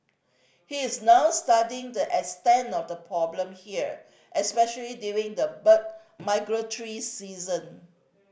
he is now studying the extent of the problem here especially during the bird migratory season